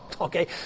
Okay